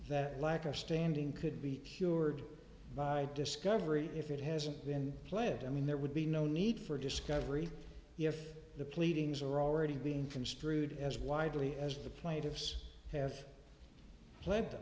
that lack of standing could be cured by discovery if it hasn't been planted i mean there would be no need for discovery if the pleadings are already being construed as widely as the plaintiffs have pled